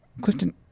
Clifton